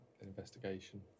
investigation